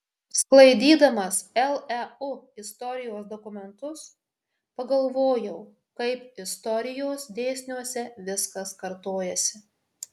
sklaidydamas leu istorijos dokumentus pagalvojau kaip istorijos dėsniuose viskas kartojasi